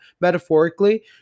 metaphorically